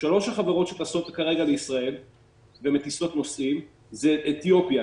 שלוש החברות שטסות כרגע לישראל ומטיסות נוסעים הן אתיופיאן,